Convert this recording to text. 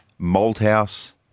Malthouse